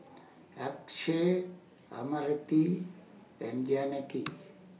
Akshay Amartya and Janaki